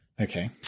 Okay